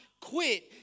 quit